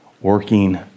working